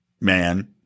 man